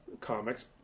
comics